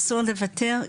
אסור לוותר,